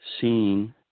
seen